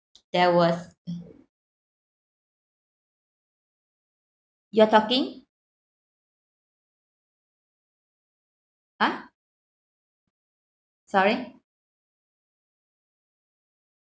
there was you're talking !huh! sorry